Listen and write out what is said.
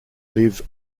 live